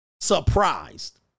surprised